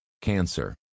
Cancer